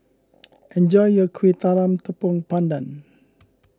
enjoy your Kuih Talam Tepong Pandan